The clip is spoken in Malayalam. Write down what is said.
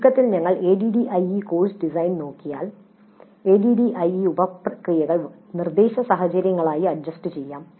ചുരുക്കത്തിൽ ഞങ്ങൾ ADDIE കോഴ്സ് ഡിസൈൻ നോക്കിയാൽ ADDIE ഉപപ്രക്രിയകൾ നിർദേശ സാഹചര്യങ്ങളായി അഡ്ജസ്റ്റു ചെയ്യാം